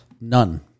None